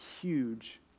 huge